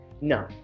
no